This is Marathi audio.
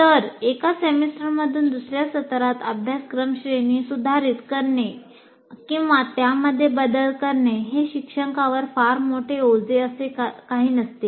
तर एका सेमेस्टरमधून दुसर्या सत्रात अभ्यासक्रम श्रेणीसुधारित करणे किंवा त्यामध्ये बदल करणे हे शिक्षकांवर फार मोठे ओझे असे काही नसते